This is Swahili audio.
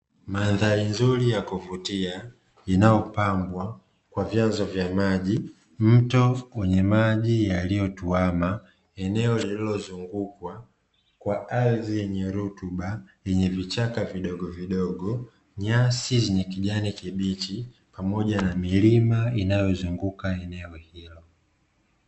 Madhari nzuri ya kuvutia inayopambwa kwa vyanzo vya maji mto wenye maji yaliyotuama, eneo lililozungukwa kwa ardhi yenye rutuba yenye vichaka vidogo vidogo nyasi zenye kijani kibichi, pamoja na milima inayozunguka eneo hilo.